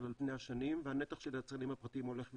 על פני השנים והנתח של היצרנים הפרטיים הולך ועולה.